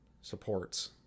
supports